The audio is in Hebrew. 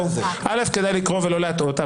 כדאי לקרוא ולא להטעות.